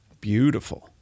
Beautiful